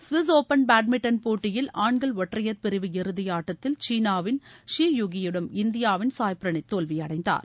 கவிஸ் open badminton போட்டியில் ஆண்கள் ஒற்றையர் பிரிவு இறுதி ஆட்டத்தில் சீனாவின் ஷி யுகி யிடம் இந்தியாவின் சாய் பிரனீத் தோல்வியடைந்தார்